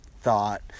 thought